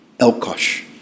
Elkosh